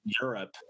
Europe